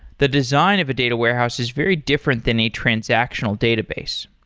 the design of a data warehouse is very different than a transactional database.